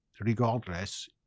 regardless